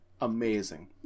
amazing